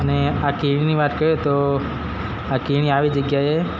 અને આ કીડી વાત કરીએ તો આ કીડી આવી જગ્યાએ